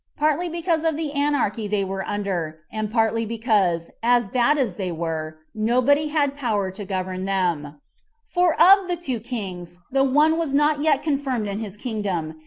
partly because of the anarchy they were under, and partly because, as bad as they were, nobody had power to govern them for of the two kings, the one was not yet confirmed in his kingdom,